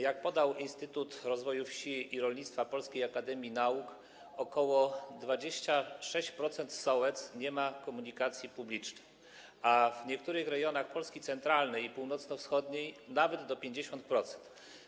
Jak podał Instytut Rozwoju Wsi i Rolnictwa Polskiej Akademii Nauk, ok. 26% sołectw nie ma komunikacji publicznej, a w niektórych rejonach centralnej i północno-wschodniej Polski - nawet 50%.